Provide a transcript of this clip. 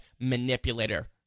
manipulator